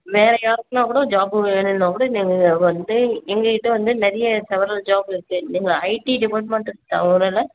வேற யாருக்குனால் கூட ஜாப்பு வேணும்னா கூட நீங்கள் வந்து எங்ககிட்ட வந்து நிறைய செவரல் ஜாப்பு இருக்குது நீங்கள் ஐடி டிபார்ட்மெண்ட்டை தவிருல